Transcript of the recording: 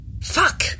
Fuck